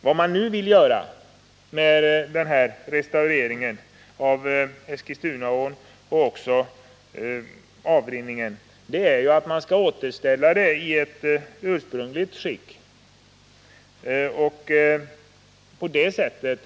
Vad man nu vill göra när det gäller restaureringen av Eskilstunaån och när 113 det gäller avrinningen är att återställa miljön i ursprungligt skick och på det en gäller sjön.